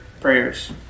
prayers